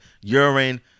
Urine